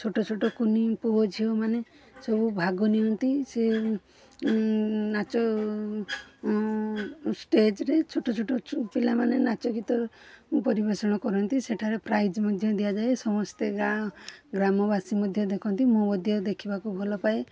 ଛୋଟ ଛୋଟ କୁନି ପୁଅ ଝିଅମାନେ ସବୁ ଭାଗ ନିଅନ୍ତି ସେ ନାଚ ଷ୍ଟେଜ୍ରେ ଛୋଟ ଛୋଟ ପିଲାମାନେ ନାଚ ଗୀତ ପରିବେଷଣ କରନ୍ତି ସେଠାରେ ପ୍ରାଇଜ୍ ମଧ୍ୟ ଦିଆଯାଏ ସମସ୍ତେ ଗାଁ ଗ୍ରାମବାସୀ ମଧ୍ୟ ଦେଖନ୍ତି ମୁଁ ମଧ୍ୟ ଦେଖିବାକୁ ଭଲ ପାଏ